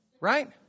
right